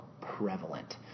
prevalent